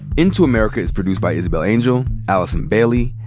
into america is produced by isabel angel, allison bailey,